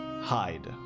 hide